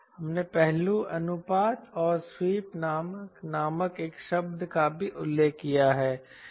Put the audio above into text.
हमने पहलू अनुपात और स्वीप नामक एक शब्द का भी उल्लेख किया है